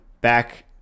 back